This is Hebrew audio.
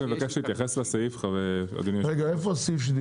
זה הוראה שעוד